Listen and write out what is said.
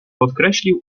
podkreślił